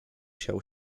siał